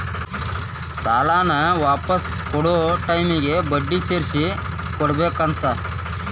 ಸಾಲಾನ ವಾಪಿಸ್ ಕೊಡೊ ಟೈಮಿಗಿ ಬಡ್ಡಿ ಸೇರ್ಸಿ ಕೊಡಬೇಕಾಗತ್ತಾ